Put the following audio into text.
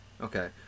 okay